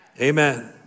Amen